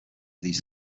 these